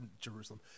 Jerusalem